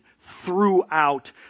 throughout